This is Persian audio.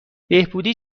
بهبودی